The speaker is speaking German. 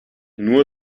nur